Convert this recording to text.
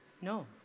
No